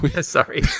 Sorry